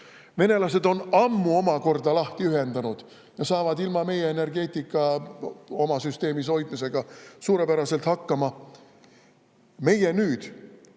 Venelased on end ammu lahti ühendanud ja saavad ilma meie energiat oma süsteemis hoidmata suurepäraselt hakkama. Meie nüüd